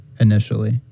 initially